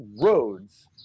roads